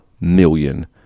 million